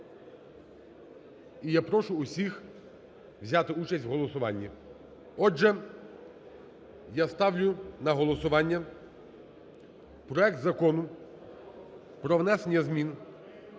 і я прошу усіх взяти участь в голосуванні. Отже, я ставлю на голосування проект Закону про внесення змін